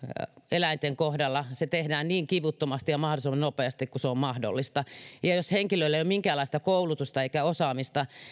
eläinten kohdalla se tehdään niin kivuttomasti ja mahdollisimman nopeasti kuin se on mahdollista ja jos henkilöllä ei ole minkäänlaista koulutusta eikä osaamista